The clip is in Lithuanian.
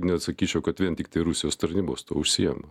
nesakyčiau kad vien tiktai rusijos tarnybos tuo užsiima